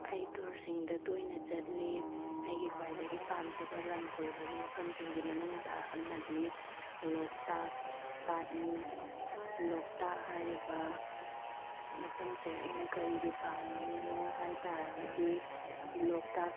ꯑꯩ ꯇꯨꯔꯁꯤꯡꯗ ꯇꯣꯏꯅ ꯆꯠꯂꯤ ꯑꯩꯒꯤ ꯈ꯭ꯋꯥꯏꯗꯒꯤ ꯄꯥꯝꯖꯕ ꯂꯝ ꯀꯣꯏꯕꯒꯤ ꯃꯐꯝꯁꯤꯡꯒꯤ ꯃꯅꯨꯡꯗ ꯑꯃꯗꯤ ꯂꯣꯛꯇꯥꯛ ꯄꯥꯠꯅꯤ ꯂꯣꯛꯇꯥꯛ ꯍꯥꯏꯔꯤꯕ ꯃꯐꯝꯁꯦ ꯑꯩꯅ ꯀꯔꯤꯒꯤ ꯄꯥꯝꯕꯩꯅꯣ ꯍꯥꯏꯇꯥꯔꯒꯗꯤ ꯂꯣꯛꯇꯥꯛ